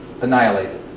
annihilated